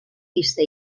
pista